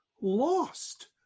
lost